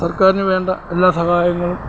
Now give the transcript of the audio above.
സർക്കാരിന് വേണ്ട എല്ലാ സഹായങ്ങളും